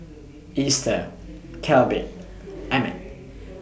Easter Kelby Emmit